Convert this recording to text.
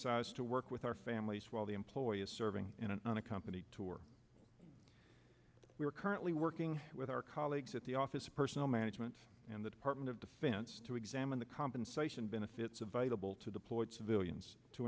size to work with our families while the employers serving in an unaccompanied tour we are currently working with our colleagues at the office of personnel management and the department of defense to examine the compensation benefits available to deployed civilians to